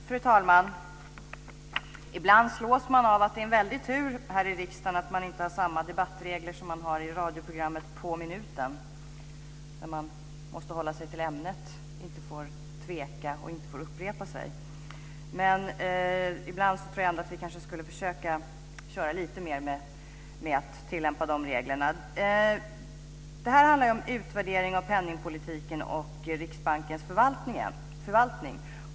Fru talman! Ibland slås man av att det är en väldig tur att vi inte har samma debattregler här i riksdagen som man har i radioprogrammet På minuten, där man måste hålla sig till ämnet, inte får tveka och inte får upprepa sig. Ibland tror jag kanske ändå att vi skulle försöka tillämpa de reglerna lite mer. Det här handlar om utvärdering av penningpolitiken och om Riksbankens förvaltning.